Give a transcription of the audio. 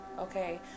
okay